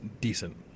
decent